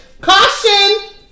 caution